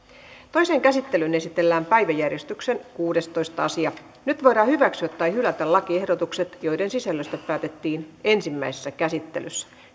toiseen käsittelyyn esitellään päiväjärjestyksen kuudestoista asia nyt voidaan hyväksyä tai hylätä lakiehdotukset joiden sisällöstä päätettiin ensimmäisessä käsittelyssä